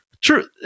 True